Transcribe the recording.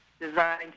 design